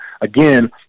again